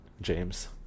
James